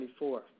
24